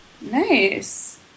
Nice